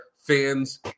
Fans